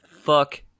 Fuck